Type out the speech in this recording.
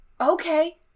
Okay